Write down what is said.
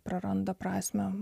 praranda prasmę